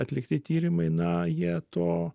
atlikti tyrimai na jie to